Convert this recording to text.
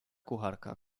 kucharka